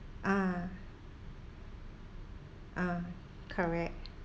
ah ah correct